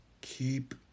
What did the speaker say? Keep